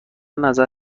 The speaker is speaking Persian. نظر